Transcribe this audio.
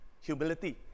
Humility